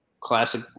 classic